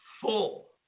full